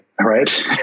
right